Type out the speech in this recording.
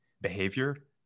behavior